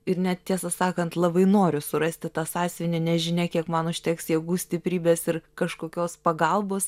ir net tiesą sakant labai noriu surasti tą sąsiuvinį nežinia kiek man užteks jėgų stiprybės ir kažkokios pagalbos